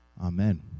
Amen